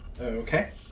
Okay